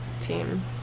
team